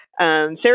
Sarah